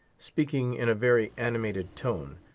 speaking in a very animated tone,